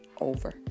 over